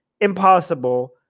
impossible